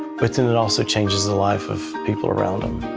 but and it also changes the lives of people around them.